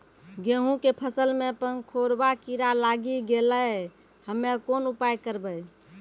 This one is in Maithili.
गेहूँ के फसल मे पंखोरवा कीड़ा लागी गैलै हम्मे कोन उपाय करबै?